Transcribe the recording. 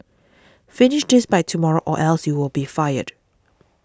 finish this by tomorrow or else you'll be fired